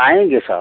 आएंगे सर